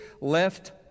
left